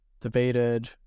debated